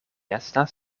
estas